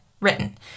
written